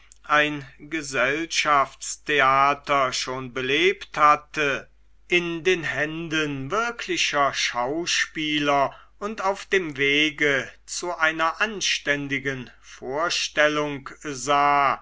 ein gesellschaftstheater schon belebt hatte in den händen wirklicher schauspieler und auf dem wege zu einer anständigen vorstellung sah